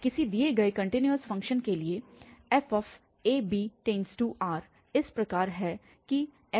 किसी दिए गए कन्टिन्यूअस फंक्शन के लिए fab→R इस प्रकार है कि fafb0